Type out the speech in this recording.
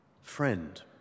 friend